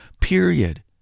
period